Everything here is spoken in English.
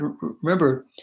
remember